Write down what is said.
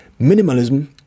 Minimalism